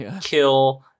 kill